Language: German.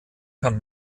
kann